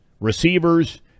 receivers